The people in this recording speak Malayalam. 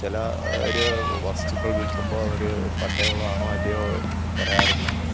ചില ഒര് വസ്തുക്കള് വില്ക്കുമ്പോൾ അവര് പട്ടയം ഉള്ളതാണോ അല്ലയോ എന്നൊന്നും പറയാറില്ല